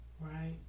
right